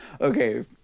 Okay